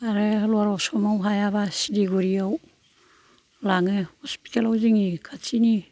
आरो लवार आसामाव हायाबा सिलिगुरियाव लाङो हस्पिटेलाव जोंनि खाथिनि